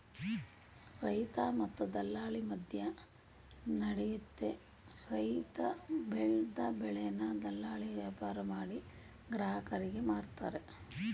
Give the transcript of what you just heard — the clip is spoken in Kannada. ರೈತ ಮತ್ತೆ ದಲ್ಲಾಳಿ ಮದ್ಯನಡಿಯುತ್ತೆ ರೈತ ಬೆಲ್ದ್ ಬೆಳೆನ ದಲ್ಲಾಳಿ ವ್ಯಾಪಾರಮಾಡಿ ಗ್ರಾಹಕರಿಗೆ ಮಾರ್ತರೆ